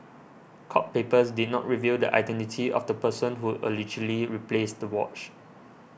court papers did not reveal the identity of the person who allegedly replaced the watch